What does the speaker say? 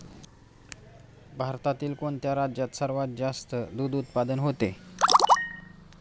भारतातील कोणत्या राज्यात सर्वात जास्त दूध उत्पादन होते?